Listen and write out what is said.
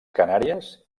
canàries